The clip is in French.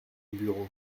bureau